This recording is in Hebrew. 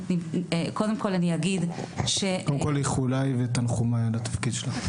קודם כול, איחוליי ותנחומיי על התפקיד שלך.